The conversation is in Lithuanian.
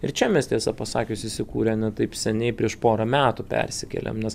ir čia mes tiesą pasakius įsikūrę ne taip seniai prieš pora metų persikėlėm nes